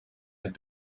have